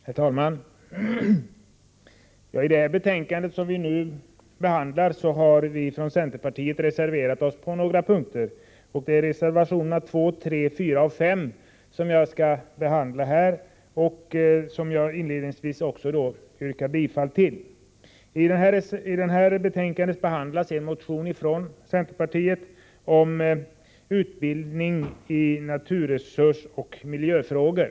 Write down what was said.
Herr talman! I fråga om det betänkande som nu behandlas har vi från centerpartiet reserverat oss på några punkter. Det gäller reservationerna 2, 3, 4 och 5, vilka jag skall beröra här. Inledningsvis yrkar jag bifall till nämnda reservationer. I betänkandet behandlas också en motion från centerpartiet, vilken handlar om utbildning i naturresursoch miljöfrågor.